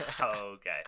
okay